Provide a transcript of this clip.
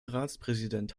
ratspräsident